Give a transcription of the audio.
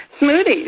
smoothies